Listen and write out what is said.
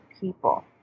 people